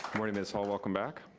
morning, miss hall, welcome back.